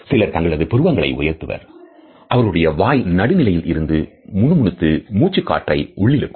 சிலர் தங்களது புருவங்களை உயர்த்துவர் அவர்களுடைய வாய் நடுநிலையில் இருந்து முணுமுணுத்து மூச்சுக்காற்றை உள்ளிருக்கும்